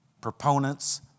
proponents